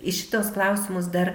į šituos klausimus dar